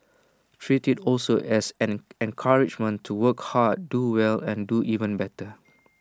treat IT also as an encouragement to work hard do well and do even better